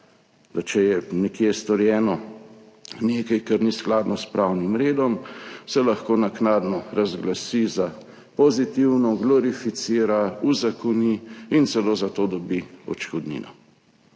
če je nekje storjeno nekaj, kar ni skladno s pravnim redom, se lahko naknadno razglasi za pozitivno, glorificira, uzakoni in celo za to dobi odškodnino.